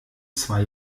zwei